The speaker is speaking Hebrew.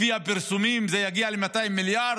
לפי הפרסומים זה יגיע ל-200 מיליארד,